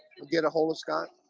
get a hold of scott.